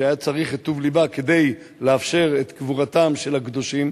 שהיה צריך את טוב לבה כדי לאפשר את קבורתם של הקדושים.